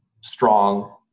strong